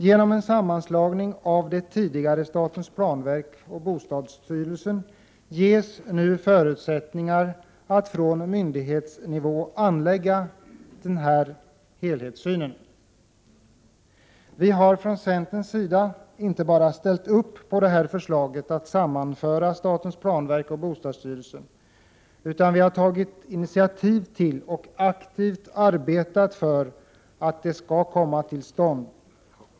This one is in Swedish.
Genom en sammanslagning av statens planverk och bostadsstyrelsen ges nu förutsättningar för att på myndighetsnivå anlägga denna helhetssyn. Vi har från centerns sida inte bara ställt upp på förslaget att sammanföra statens planverk och bostadsstyrelsen, utan vi har tagit initiativ till och aktivt arbetat för att det skall komma till stånd.